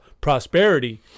prosperity